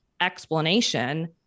explanation